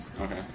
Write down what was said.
Okay